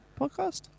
podcast